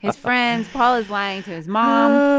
ah friends. paul is lying to his mom